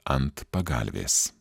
ant pagalvės